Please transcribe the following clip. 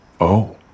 Oh